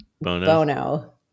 Bono